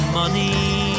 money